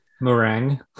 Meringue